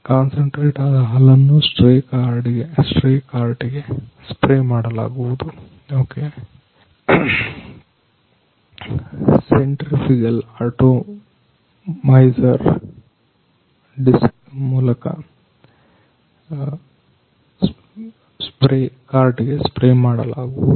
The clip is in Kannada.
ಕಾನ್ಸಂಟ್ರೇಟ್ ಆದ ಹಾಲನ್ನ ಸ್ಪ್ರೇ ಕಾರ್ಟ್ ಗೆ ಸ್ಪ್ರೇ ಮಾಡಲಾಗುವುದು ಸೆಂಟ್ರಿಪೀಗಲ್ ಆಟೋ ಮೈಸರ್ ಡಿಸ್ಕ್ ಮೂಲಕ ಸ್ಪ್ರೇ ಕಾರ್ಟ್ ಗೆ ಸ್ಪ್ರೇ ಮಾಡಲಾಗುವುದು